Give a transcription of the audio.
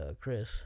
Chris